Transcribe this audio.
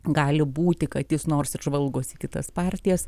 gali būti kad jis nors ir žvalgos į kitas partijas